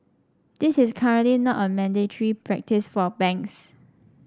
this is currently not a mandatory practice for banks